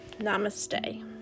Namaste